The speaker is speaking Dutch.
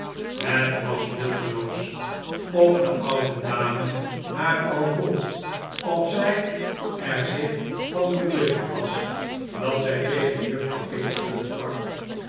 het was nutteloos of de oude dame haar al vroeg of zij er zich van bewust was dat zij tegen juffrouw pinkerton sprak